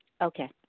Okay